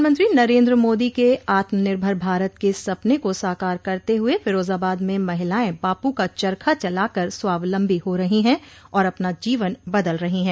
प्रधानमंत्री नरेन्द्र मोदी के आत्मनिर्भर भारत के सपने को साकार करते हुए फिरोजाबाद मं महिलाएं बापू का चरखा चलाकर स्वावलंबी हो रही हैं और अपना जीवन बदल रही ह